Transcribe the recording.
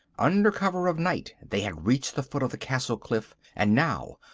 under cover of night they had reached the foot of the castle cliff and now,